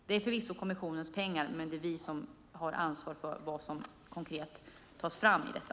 Det är förvisso kommissionens pengar, men det är vi som har ansvar för vad som konkret tas fram i detta.